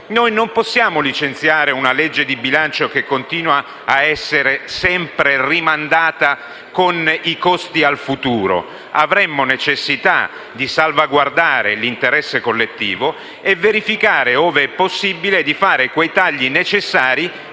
non possiamo licenziare una legge di bilancio che continua ad essere sempre rimandata con i costi al futuro. Avremmo necessità di salvaguardare l'interesse collettivo, di verificare e, ove possibile, di fare quei tagli necessari